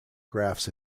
graphs